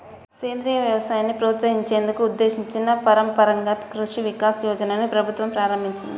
సేంద్రియ వ్యవసాయాన్ని ప్రోత్సహించేందుకు ఉద్దేశించిన పరంపరగత్ కృషి వికాస్ యోజనని ప్రభుత్వం ప్రారంభించింది